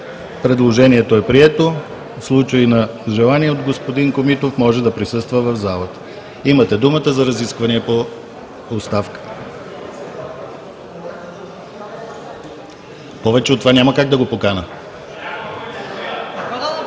Предложението е прието. В случай на желание от господин Комитов, може да присъства в залата. Имате думата за разисквания по оставката. (Шум и реплики.) Повече от това няма как да го поканя.